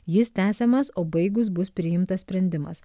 jis tęsiamas o baigus bus priimtas sprendimas